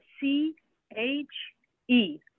C-H-E